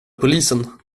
polisen